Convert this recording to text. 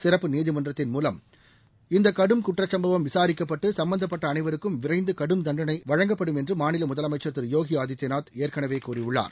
சிறப்பு நீதிமன்றத்தின் மூலம் இந்த கடும் குற்றக்சம்பவம் விசாரிக்கப்பட்டு சம்மந்தப்பட்ட அனைவருக்கும் விரைந்து கடும் தண்டனை வழங்கப்படும் என்று மாநில முதலமைச்சர் திரு யோகி அதித்தியநாத் ஏற்கனவே கூறியுள்ளார்